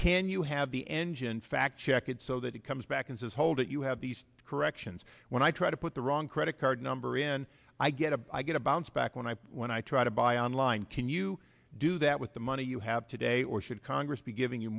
can you have the engine fact check it so that it comes back and says hold it you have these corrections when i try to put the wrong credit card number in i get a i get a bounce back when i when i try to buy online can you do that with the money you have today or should congress be giving you